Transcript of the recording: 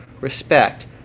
respect